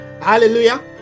Hallelujah